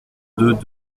deux